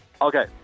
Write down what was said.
Okay